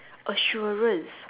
assurance